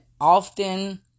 often